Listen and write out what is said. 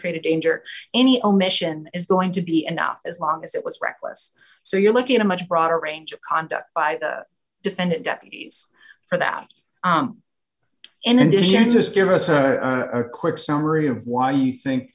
created danger any omission is going to be enough as long as it was reckless so you're looking at a much broader range of conduct by the defendant deputies for that indigenous give us a quick summary of why you think